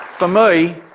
for me,